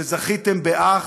שזכיתם באח,